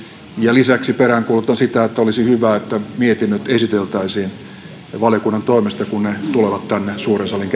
lisäksi peräänkuulutan sitä että olisi hyvä että mietinnöt esiteltäisiin valiokunnan toimesta kun ne tulevat tänne suuren salin